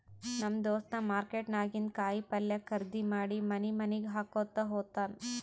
ನಮ್ ದೋಸ್ತ ಮಾರ್ಕೆಟ್ ನಾಗಿಂದ್ ಕಾಯಿ ಪಲ್ಯ ಖರ್ದಿ ಮಾಡಿ ಮನಿ ಮನಿಗ್ ಹಾಕೊತ್ತ ಹೋತ್ತಾನ್